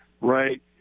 Right